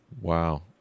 Wow